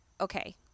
okay